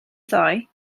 ddoe